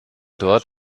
dort